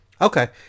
Okay